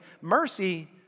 mercy